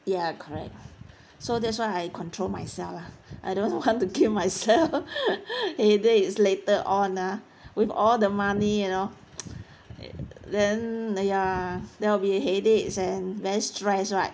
ya correct so that's why I control myself lah I don't want to kill myself headache later on ah with all the money you know err then ya there will be a headaches and very stress right